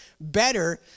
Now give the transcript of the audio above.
better